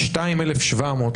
כ-22,700,